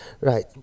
Right